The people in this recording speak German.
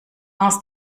aus